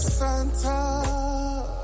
Santa